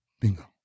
Bingo